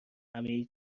همه